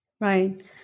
Right